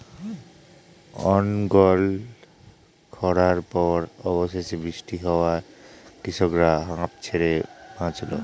অনর্গল খড়ার পর অবশেষে বৃষ্টি হওয়ায় কৃষকরা হাঁফ ছেড়ে বাঁচল